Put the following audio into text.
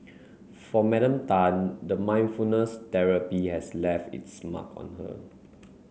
for Madam Tan the mindfulness therapy has left its mark on her